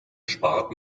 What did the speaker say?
spart